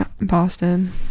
Boston